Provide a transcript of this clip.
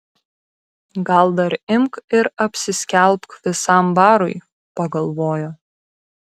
gal dar imk ir apsiskelbk visam barui pagalvojo